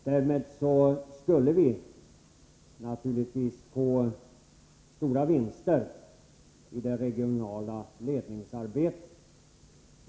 Därmed skulle vi naturligtvis få stora vinster i det regionala ledningsarbetet.